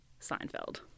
Seinfeld